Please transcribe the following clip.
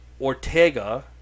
Ortega